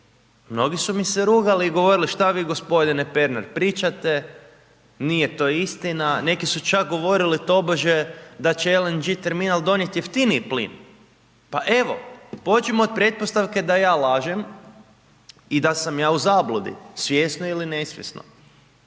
Mnogi su mi se rugali i govorili šta vi gospodine Pernar pričate, nije to istina. Neki su čak govorili tobože da će LNG terminal donijeti jeftiniji plin. Pa evo, pođimo od pretpostavke da ja lažem i da sam ja u zabludi, svjesno ili nesvjesno.